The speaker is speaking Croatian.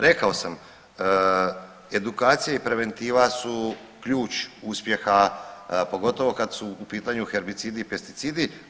Rekao sam, edukacija i preventiva su ključ uspjeha pogotovo kad su u pitanju herbicidi i pesticidi.